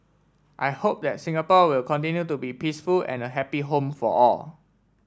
I hope that Singapore will continue to be peaceful and a happy home for all